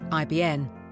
IBN